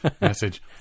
message